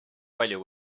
palju